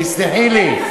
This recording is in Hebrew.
תסלחי לי,